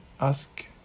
ask